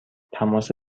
تماس